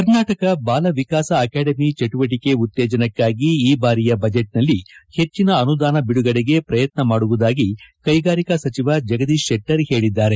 Karnataka Bala Vikasa academy ಚಟುವಟಿಕೆ ಉತ್ತೇಜನಕ್ಕಾಗಿ ಈ ಬಾರಿಯ ಬಜೆಟ್ನಲ್ಲಿ ಹೆಚ್ಚಿನ ಅನುದಾನ ಬಿಡುಗಡೆಗೆ ಪ್ರಯತ್ನ ಮಾಡುವುದಾಗಿ ಕೈಗಾರಿಕಾ ಸಚಿವ ಜಗದೀಶ್ ಶೆಟ್ಟರ್ ಹೇಳಿದ್ದಾರೆ